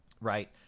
right